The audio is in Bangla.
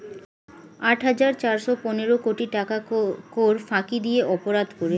আট হাজার চারশ পনেরো কোটি টাকার কর ফাঁকি দিয়ে অপরাধ করে